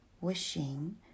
wishing